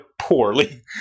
poorly